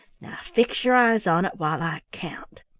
now fix your eyes on it while i count.